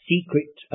secret